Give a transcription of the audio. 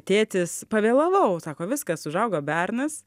tėtis pavėlavau sako viskas užaugo bernas